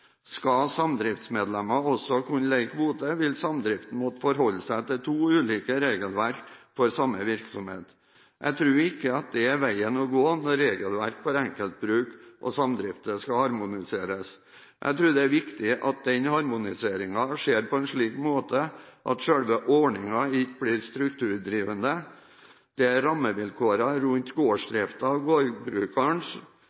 Skal samdriftsmedlemmer også kunne leie kvote, vil samdriften måtte forholde seg til to ulike regelverk for samme virksomhet. Jeg tror ikke at det er veien å gå når regelverk for enkeltbruk og samdrifter skal harmoniseres. Jeg tror det er viktig at denne harmoniseringen skjer på en slik måte at selve ordningen ikke blir strukturdrivende. Det er rammevilkårene rundt